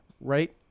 Right